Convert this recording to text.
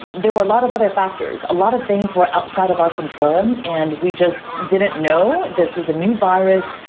there were a lot of other factors. a lot of things were outside of our control and we just didn't know this was a new virus.